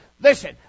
listen